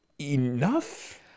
enough